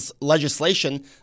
legislation